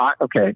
okay